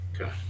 Okay